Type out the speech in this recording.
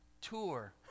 tour